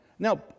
Now